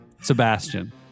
Sebastian